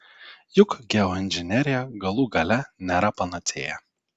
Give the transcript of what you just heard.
juk geoinžinerija galų gale nėra panacėja